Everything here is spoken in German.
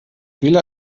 vila